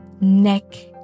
neck